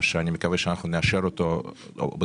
שאני מקווה שאנחנו נאשר אותו בתחילת